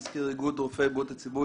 מזכיר איגוד רופאי בריאות הציבור,